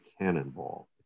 cannonball